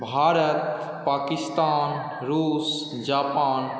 Bharat Pakistan Russia Japan